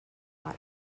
hot